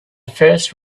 first